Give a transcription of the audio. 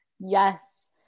yes